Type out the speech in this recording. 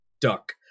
duck